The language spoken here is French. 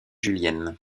julienne